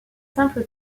simple